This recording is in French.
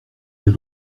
elle